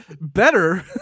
better